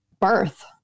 birth